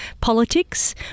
politics